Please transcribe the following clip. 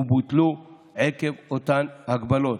ובוטלו עקב אותן הגבלות.